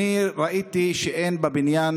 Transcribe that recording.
ראיתי שאין בבניין